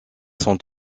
sont